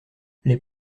les